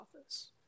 office